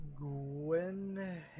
Gwen